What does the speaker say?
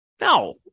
No